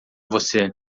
você